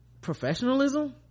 professionalism